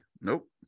Nope